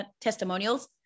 testimonials